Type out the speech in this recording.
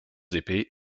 épées